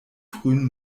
frühen